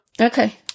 Okay